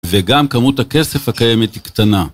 וגם כמות הכסף הקיימת היא קטנה.